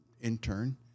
intern